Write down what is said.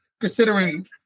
considering